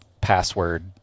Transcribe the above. password